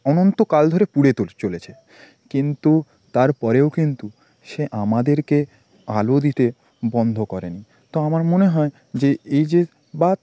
অনন্তকাল ধরে পুড়ে তো চলেছে কিন্তু তারপরেও কিন্তু সে আমাদেরকে আলো দিতে বন্ধ করেনি তো আমার মনে হয় যে এই যে বা